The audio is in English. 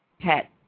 pet